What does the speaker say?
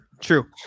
True